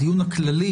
בדיון הכללי